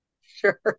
sure